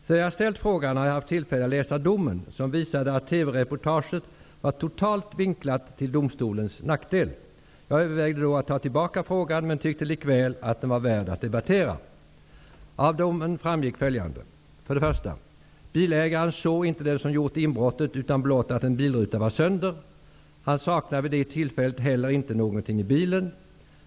Sedan jag ställde frågan har jag haft tillfälle att läsa domen, som visade att TV-reportaget var totalt vinklat till domstolens nackdel. Jag övervägde då att ta tillbaka frågan, men jag tyckte likväl att den var värd att debattera. Av domen framgick följande. För det första: Bilägaren såg inte den som hade gjort inbrottet, utan blott att en bilruta var sönder. Han saknade vid det tillfället inte heller någonting i bilen.